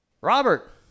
Robert